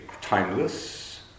timeless